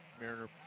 Mariner